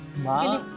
my